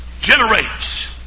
generates